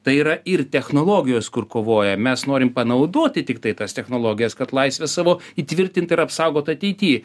tai yra ir technologijos kur kovoja mes norim panaudoti tiktai tas technologijas kad laisvė savo įtvirtint ir apsaugot ateity